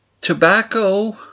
tobacco